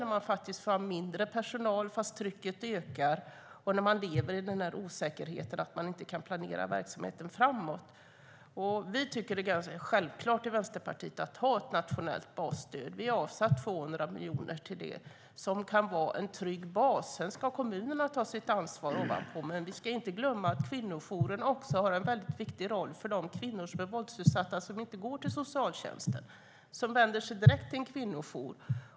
De får ha mindre personal fast trycket ökar och lever i osäkerheten att de inte kan planera verksamheten framåt. Vi i Vänsterpartiet tycker att det är självklart att ha ett nationellt basstöd. Vi har avsatt 200 miljoner till det som kan vara en trygg bas. Sedan ska kommunerna ta sitt ansvar ovanpå. Vi ska inte glömma att kvinnojourerna har en väldigt viktig roll för de kvinnor som är våldsutsatta som inte går till socialtjänsten utan vänder sig direkt till en kvinnojour.